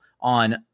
on